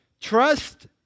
trust